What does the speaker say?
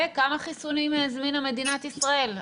כמוכן, כמה חיסונים הזמינה מדינת ישראל?